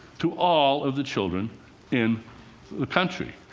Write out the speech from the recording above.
to all of the children in the country.